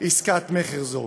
עסקת מכר כזאת.